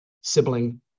sibling